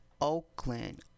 Oakland